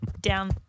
down